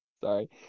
sorry